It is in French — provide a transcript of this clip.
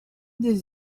des